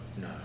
No